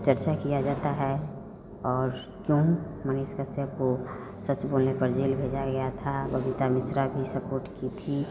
चर्चा किया जाता है और त मनीष कश्यप को सच बोलने पर जेल भेजा गया था बबिता मिश्रा भी सपोट की थी